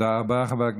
תודה רבה.